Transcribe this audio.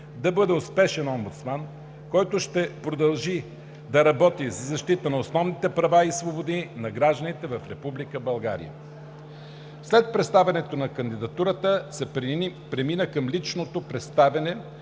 да бъде успешен омбудсман, който ще продължи да работи за защита на основните права и свободи на гражданите в Република България. След представянето на кандидатурата се премина към личното представяне